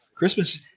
Christmas